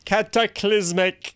Cataclysmic